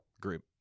Group